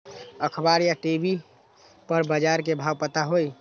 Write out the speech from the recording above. अखबार या टी.वी पर बजार के भाव पता होई?